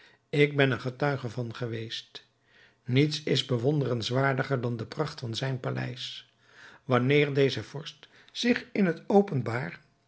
ik ben er getuige van geweest niets is bewonderenswaardiger dan de pracht van zijn paleis wanneer deze vorst zich in het openbaar